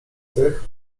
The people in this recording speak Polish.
tych